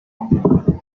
bombi